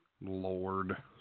Lord